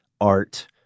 art